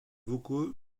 vocaux